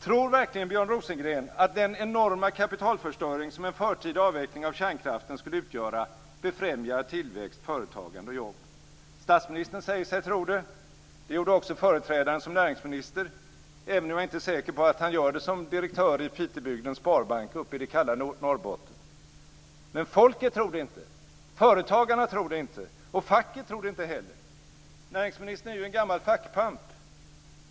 Tror verkligen Björn Rosengren att den enorma kapitalförstöring som en förtida avveckling av kärnkraften skulle utgöra befrämjar tillväxt, företagande och jobb? Statsministern säger sig tro det. Det gjorde också företrädaren som näringsminister, även om jag inte är säker på att han gör det som direktör i Pitedalens sparbank uppe i det kalla Norrbotten. Men folket tror det inte, företagarna tror det inte och facket tror det inte heller. Näringsministern är ju en gammal fackpamp.